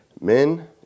men